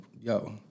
Yo